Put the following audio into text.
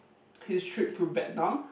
his trip to Vietnam